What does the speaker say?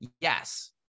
yes